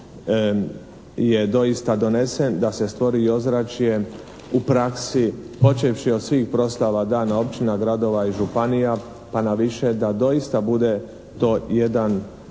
je doista donesen da se stvori ozračje u praksi počevši od svih proslava dana općina, gradova i županija pa na više da doista bude to jedan